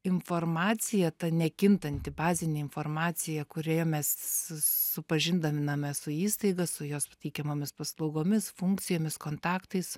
informacija ta nekintanti bazinė informacija kurioje mes supažindiname su įstaiga su jos teikiamomis paslaugomis funkcijomis kontaktais